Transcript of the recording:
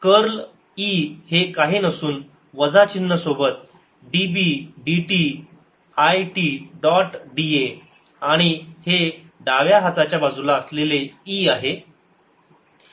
curl e हे काही नसून वजा चिन्ह सोबत d b dt it dot da आणि हे डाव्या हाताच्या बाजूला असलेले e आहे